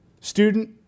Student